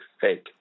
fake